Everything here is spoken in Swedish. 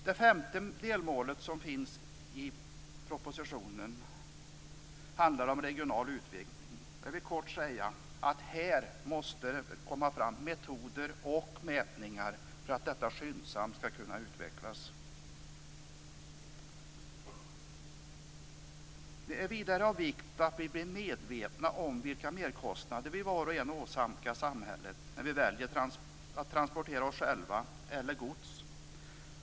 Det femte delmålet i propositionen handlar om regional utveckling. Jag vill kort säga att här måste det komma fram metoder och mätningar för en skyndsam utveckling. Det är vidare av vikt att vi blir medvetna om vilka merkostnader som vi var och en åsamkar samhället när vi väljer att transportera oss själva eller gods.